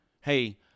hey